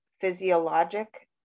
physiologic